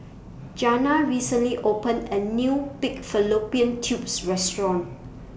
Jana recently opened A New Pig Fallopian Tubes Restaurant